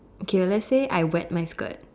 okay let's say I wet my skirt